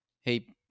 hey